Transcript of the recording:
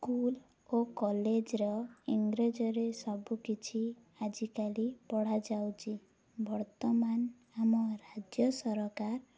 school ଓ କଲେଜର ଇଂରାଜୀରେ ସବୁକିଛି ଆଜିକାଲି ପଢ଼ାଯାଉଛି ବର୍ତ୍ତମାନ ଆମ ରାଜ୍ୟ ସରକାର